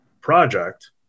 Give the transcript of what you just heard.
project